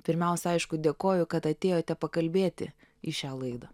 pirmiausia aišku dėkoju kad atėjote pakalbėti į šią laidą